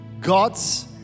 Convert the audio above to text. god's